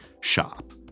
shop